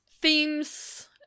themes